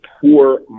poor